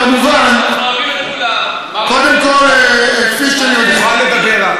כמובן, קודם כול, כפי שאתם יודעים, תוכל לדבר.